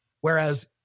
whereas